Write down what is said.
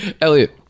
Elliot